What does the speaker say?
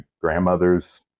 grandmother's